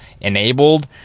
enabled